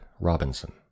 Robinson